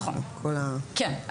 כן.